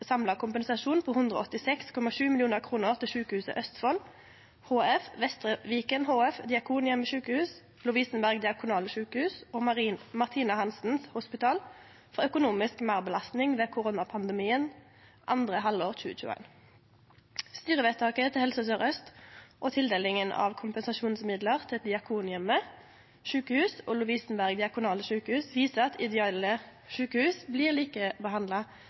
kompensasjon på 186,7 millioner kroner til Sykehuset Østfold HF, Vestre Viken HF, Diakonhjemmet Sykehus, Lovisenberg Diakonale Sykehus og Martina Hansens Hospital for økonomisk merbelastning ved koronapandemien andre halvår 2021.» Styrevedtaket til Helse Sør-Øst og tildelinga av kompensasjonsmidlar til Diakonhjemmet Sykehus og Lovisenberg Diakonale Sykehus viser at ideelle sjukehus blir likebehandla